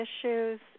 issues